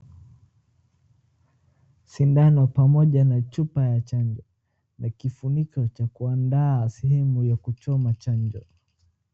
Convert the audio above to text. Sindano pamoja na chupa ya chanjo na kifuniko cha kuanda sehemu ya kuchoma chanjo.